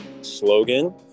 slogan